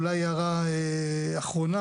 אולי אחרונה,